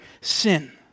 sin